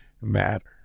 matter